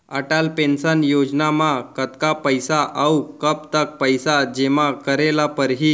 Atal pension योजना म कतका पइसा, अऊ कब तक पइसा जेमा करे ल परही?